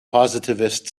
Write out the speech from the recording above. positivist